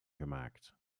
gemaakt